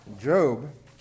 Job